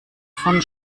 von